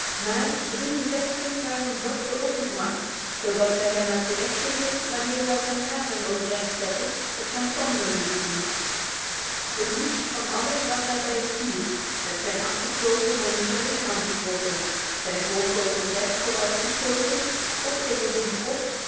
maar drie gevechten gaven buck de oppermacht zodat zij hem uit de weg gingen wanneer hij zijn haren overeind zette of zijn tanden liet zien het liefst van alles lag hij bij het vuur zijn achterpoten onder zijn lichaam getrokken zijn voorpoten recht vooruitgestoken met opgeheven kop